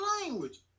language